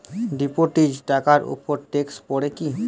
Deposit টাকার উপর tax পড়ে কি?